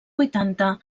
vuitanta